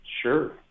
sure